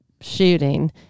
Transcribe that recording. shooting